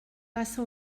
passa